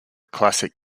classic